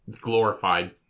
glorified